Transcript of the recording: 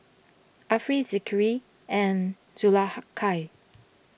Ariff Zikri and Zulaikha